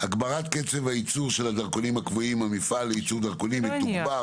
הגברת קצב הייצור של הדרכונים הקבועים במפעל לייצור דרכונים יתוגבר